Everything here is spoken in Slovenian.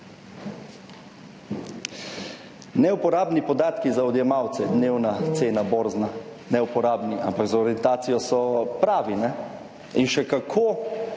Neuporabni podatki za odjemalce, dnevna cena, borzna, neuporabni ampak za orientacijo so pravi, in še kako